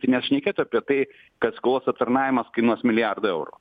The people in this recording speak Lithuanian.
net šnekėt apie tai kad skolos aptarnavimas kainuos milijardą eurų